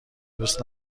دوست